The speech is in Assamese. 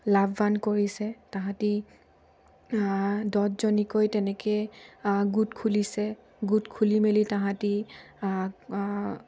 লাভৱান কৰিছে তাহাঁতে দহজনীকৈ তেনেকৈ গোট খুলিছে গোট খুলি মেলি তাহাঁতে